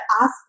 ask